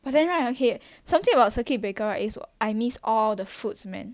but then right okay something about circuit breaker right is I miss all the foods man